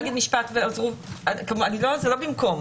זה לא במקום.